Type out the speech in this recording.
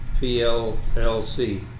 PLLC